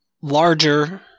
larger